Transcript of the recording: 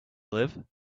live